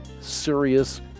serious